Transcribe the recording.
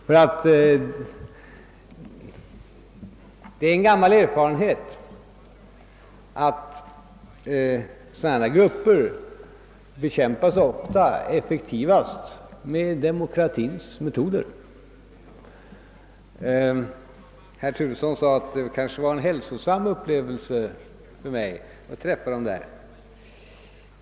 Det är nämligen en gammal erfarenhet att grupper av detta slag ofta bekämpas effektivast med hjälp av demokratins egna metoder. Herr Turesson sade att det för mig kanske var en hälsosam upplevelse att få träffa dessa studenter.